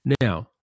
now